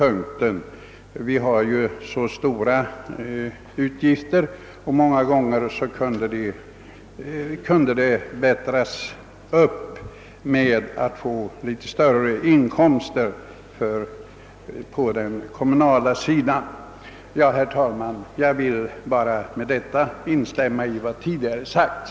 Utgifterna är stora och ekonomin behöver förbättras genom större inkomster på den kommunala sidan utan att den enskildes rätt trädes för nära. Herr talman! Med det anförda vill jag som sagt bara instämma i vad herr Larsson i Luttra tidigare anfört.